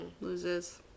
loses